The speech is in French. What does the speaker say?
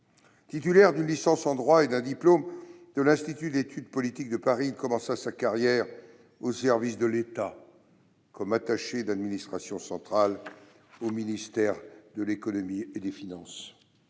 Titulaire d'une licence en droit et d'un diplôme de l'Institut d'études politiques de Paris, il commença sa carrière au service de l'État comme attaché d'administration centrale au ministère de l'économie et des finances.